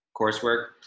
coursework